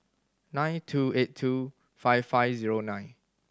nine two eight two five five zero nine